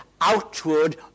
outward